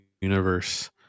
universe